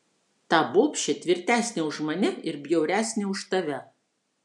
ta bobšė tvirtesnė už mane ir bjauresnė už tave